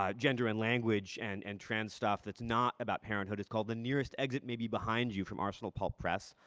ah gender and language and and trans stuff that's not about parenthood, is called the nearest exit may be behind you, from arsenal pulp press.